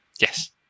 Yes